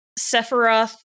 sephiroth